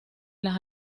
las